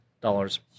dollars